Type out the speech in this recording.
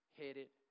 headed